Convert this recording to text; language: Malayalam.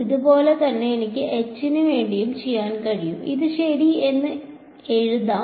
അതുപോലെ തന്നെ എനിക്ക് H ന് വേണ്ടിയും ചെയ്യാൻ കഴിയും അത് ശരി എന്ന് എഴുതാം